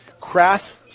Crass